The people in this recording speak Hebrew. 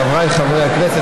חברי הכנסת,